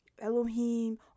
Elohim